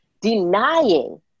Denying